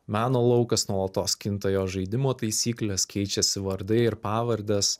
meno laukas nuolatos kinta jo žaidimo taisyklės keičiasi vardai ir pavardes